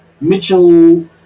Mitchell